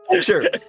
Sure